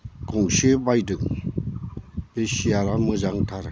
गंसे बायदों बे सेयारा मोजांथार